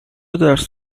درس